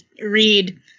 read